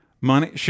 money